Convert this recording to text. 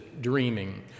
dreaming